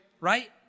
Right